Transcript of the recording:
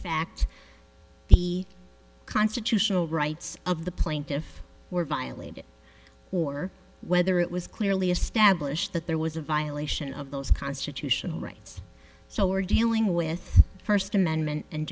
fact the constitutional rights of the plaintiff were violated or whether it was clearly established that there was a violation of those constitutional rights so are dealing with first amendment and